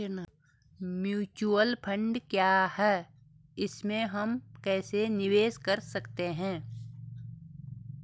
Mutual fund क्या है इसमें हम कैसे निवेश कर सकते हैं?